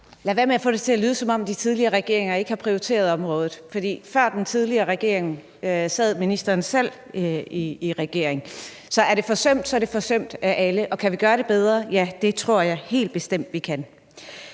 lade være med at få det til at lyde, som om de tidligere regeringer ikke har prioriteret området. For før den tidligere regering sad ministeren selv i regering. Så er det forsømt, er det forsømt af alle. Og kan vi gøre det bedre? Ja, det tror jeg helt bestemt vi kan.